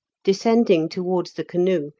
descending towards the canoe,